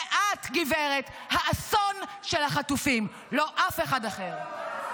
ואת גברת, האסון של החטופים, לא אף אחד אחר.